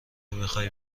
میخای